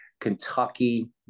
Kentucky